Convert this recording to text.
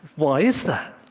why is that?